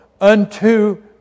unto